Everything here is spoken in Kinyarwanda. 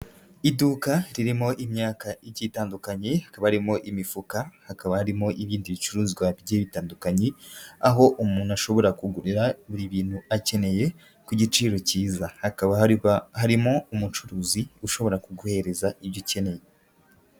Iduka ririmo imyaka igiye itandukanye, hakaba harimo imifuka, hakaba harimo ibindi bicuruzwa bigiye bitandukanye, aho umuntu ashobora kugurira buri bintu akeneye ku giciro kiza, hakaba haba harimo umucuruzi ushobora kuguhereza ibyo ukeneye.